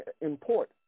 import